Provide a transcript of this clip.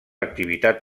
activitat